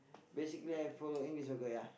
basically I follow English soccer ya